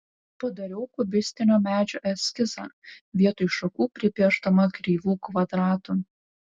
padarau kubistinio medžio eskizą vietoj šakų pripiešdama kreivų kvadratų